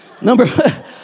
Number